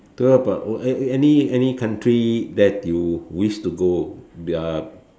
talk about eh any any country that you wish to go ya